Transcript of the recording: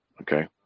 Okay